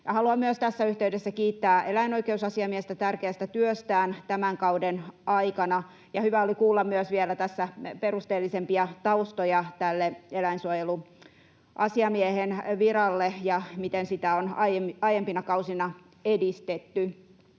Haluan myös tässä yhteydessä kiittää eläinoikeusasiamiestä tärkeästä työstään tämän kauden aikana. Hyvä oli kuulla vielä myös perusteellisempia taustoja tälle eläinsuojeluasiamiehen viralle ja miten sitä on aiempina kausina edistetty.